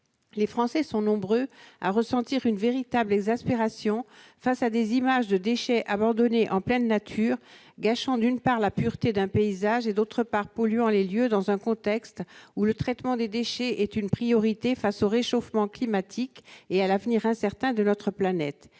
Les Français sont nombreux à ressentir une véritable exaspération à la vue de déchets abandonnés en pleine nature, gâchant la pureté d'un paysage et polluant les lieux dans un contexte où le traitement des déchets est une priorité face au réchauffement climatique et à l'avenir incertain de notre planète.